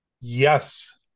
yes